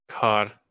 God